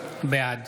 בעד